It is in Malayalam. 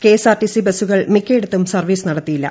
കെഎസ്ആർടിസി ബസ്സുകൾ മിക്കയിടത്തും സർവ്വീസ് നടത്തിയില്ല